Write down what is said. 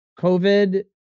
COVID